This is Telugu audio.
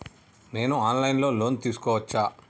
నేను ఆన్ లైన్ లో లోన్ తీసుకోవచ్చా?